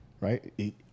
right